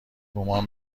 گمان